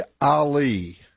Ali